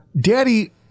Daddy